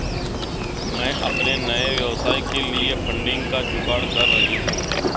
मैं अपने नए व्यवसाय के लिए फंडिंग का जुगाड़ कर रही हूं